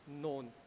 known